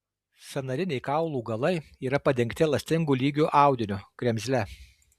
sąnariniai kaulų galai yra padengti elastingu lygiu audiniu kremzle